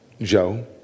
Joe